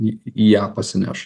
į į ją pasineš